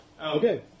Okay